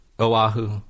Oahu